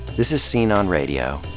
this is scene on radio.